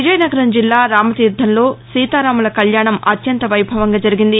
విజయనగరం జిల్లా రామతీర్ణంలో సీతారాముల కళ్యాణం అత్యంత వైభవంగా జరిగింది